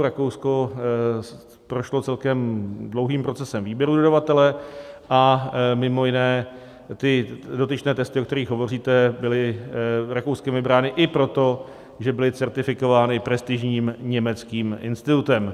Rakousko prošlo celkem dlouhým procesem výběru dodavatele a mimo jiné ty dotyčné testy, o kterých hovoříte, byly Rakouskem vybrány i proto, že byly certifikovány prestižním německým institutem.